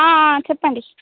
చెప్పండి